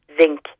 zinc